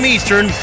Eastern